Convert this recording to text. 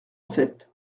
sept